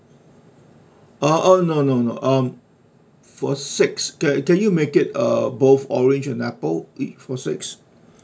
uh um no no no uh for six can can you make it uh both orange and apple E for six